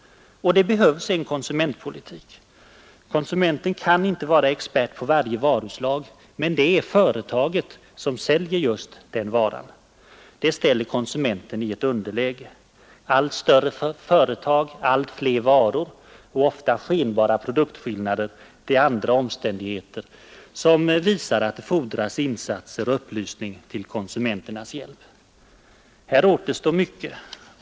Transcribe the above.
Och det behövs en konsumentpolitik. Konsumenten kan inte vara expert på varje varuslag — men det är företaget som säljer just den varan. Det ställer konsumenten i ett underläge. Allt större företag, allt fler varor och ofta skenbara produktskillnader är andra omständigheter som visar, att det fordras insatser och upplysning till konsumenternas hjälp. Här återstår mycket.